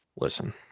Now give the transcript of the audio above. listen